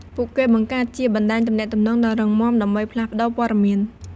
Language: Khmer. ពួកគេបង្កើតជាបណ្តាញទំនាក់ទំនងដ៏រឹងមាំ ដើម្បីផ្លាស់ប្តូរព័ត៌មាន។